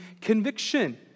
conviction